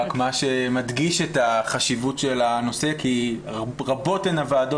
רק מה שמדגיש את החשיבות של הנושא כי רבות הן הוועדות